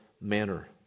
manner